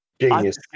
Genius